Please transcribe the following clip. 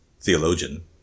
Theologian